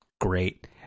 Great